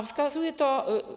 Wskazuje to.